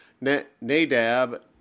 Nadab